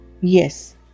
Yes